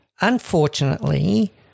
Unfortunately